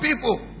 people